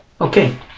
Okay